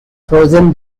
frozen